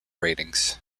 ratings